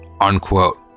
unquote